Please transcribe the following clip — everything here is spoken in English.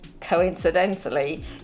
coincidentally